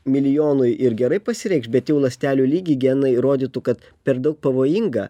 milijonui ir gerai pasireikš bet jau ląstelių lygy genai rodytų kad per daug pavojinga